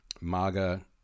MAGA